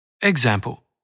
Example